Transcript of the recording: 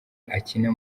akina